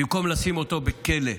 במקום לשים אותו בכלא,